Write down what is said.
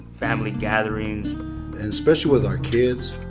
family gatherings especially with our kids,